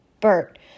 Bert